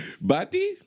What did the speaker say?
Bati